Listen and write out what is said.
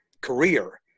career